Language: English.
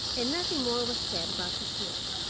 and nothing more was said about the snake.